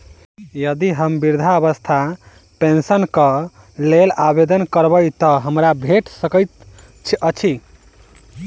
यदि हम वृद्धावस्था पेंशनक लेल आवेदन करबै तऽ हमरा भेट सकैत अछि?